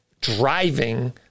driving